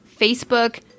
Facebook